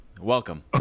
Welcome